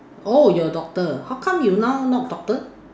orh you're doctor how come you now you not doctor